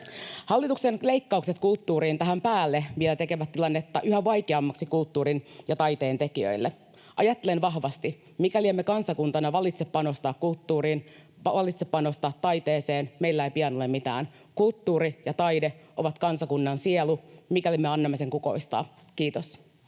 Hallituksen leikkaukset kulttuuriin tähän päälle vielä tekevät tilannetta yhä vaikeammaksi kulttuurin ja taiteen tekijöille. Ajattelen vahvasti, että mikäli emme kansakuntana valitse panostaa kulttuuriin, valitse panostaa taiteeseen, meillä ei pian ole mitään. Kulttuuri ja taide ovat kansakunnan sielu, mikäli me annamme sen kukoistaa. — Kiitos.